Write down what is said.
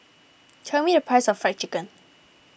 tell me the price of Fried Chicken